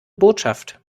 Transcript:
botschaft